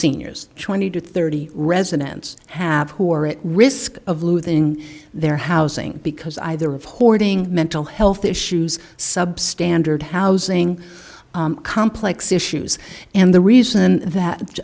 seniors twenty to thirty residents have who are at risk of losing their housing because either reporting mental health issues substandard housing complex issues and the reason that